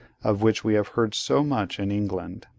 of which we have heard so much in england.